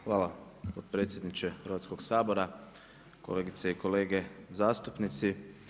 Hvala potpredsjedniče Hrvatskog sabora, kolegice i kolege zastupnici.